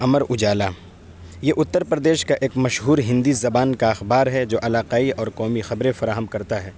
امر اجالا یہ اتّر پردیس کا ایک مشہور ہندی زبان کا اخبار ہے جو علاقائی اور قومی خبریں فراہم کرتا ہے